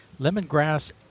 lemongrass